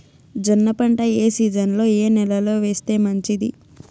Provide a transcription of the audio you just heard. జొన్న పంట ఏ సీజన్లో, ఏ నెల లో వేస్తే మంచిది?